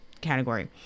category